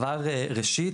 ראשית,